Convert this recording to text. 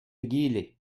egile